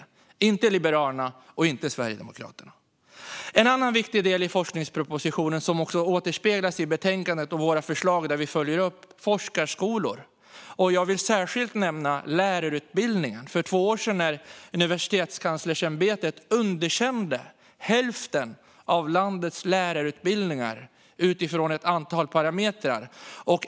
Det är inte Liberalerna och inte Sverigedemokraterna. En annan viktig del i forskningspropositionen som återspeglas i betänkandet och i våra förslag där vi följer upp det hela är forskarskolor. Jag vill särskilt nämna lärarutbildningen. För två år sedan underkände Universitetskanslersämbetet hälften av landets lärarutbildningar utifrån ett antal parametrar.